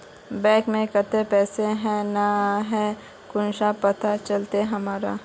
Bank में केते पैसा है ना है कुंसम पता चलते हमरा?